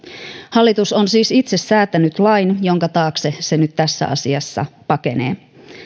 hallitus on siis itse säätänyt lain jonka taakse se nyt tässä asiassa pakenee